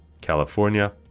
California